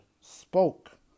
spoke